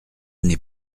n’est